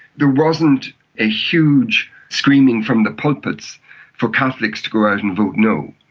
there wasn't a huge screaming from the pulpits for catholics to go out and vote no.